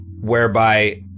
whereby